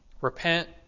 Repent